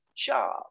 job